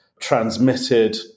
transmitted